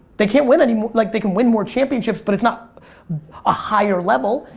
they can't win, and and like they can win more championships but it's not a higher level.